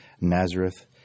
Nazareth